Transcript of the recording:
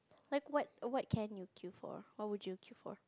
like what what can you queue for what will you queue for